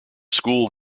school